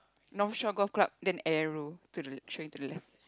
North Shore Golf Club then arrow to the train to the left